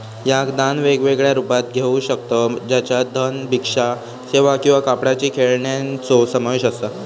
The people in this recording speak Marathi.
याक दान वेगवेगळ्या रुपात घेऊ शकतव ज्याच्यात धन, भिक्षा सेवा किंवा कापडाची खेळण्यांचो समावेश असा